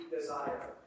desire